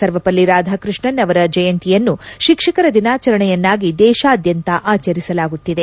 ಸರ್ವಪಲ್ಲಿ ರಾಧಾಕೃಷ್ಣನ್ ಅವರ ಜಯಂತಿಯನ್ನು ಶಿಕ್ಷಕರ ದಿನಾಚರಣೆಯನ್ನಾಗಿ ದೇಶಾದ್ಯಂತ ಆಚರಿಸಲಾಗುತ್ತಿದೆ